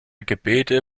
gebete